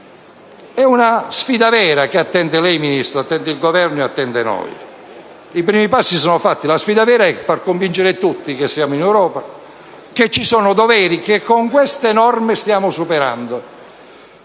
è una sfida vera quella che attende lei, il Governo e noi tutti. I primi passi sono fatti: la sfida vera è far convincere tutti che siamo in Europa e che ci sono doveri che con queste norme stiamo superando.